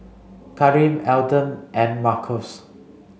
Kareem Elton and Markus